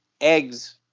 eggs